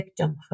victimhood